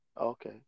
okay